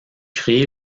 créé